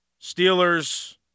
Steelers